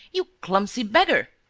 you clumsy beggar.